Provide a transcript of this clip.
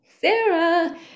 Sarah